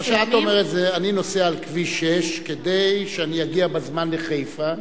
מה שאת אומרת זה אני נוסע על כביש 6 כדי שאני אגיע בזמן לחיפה,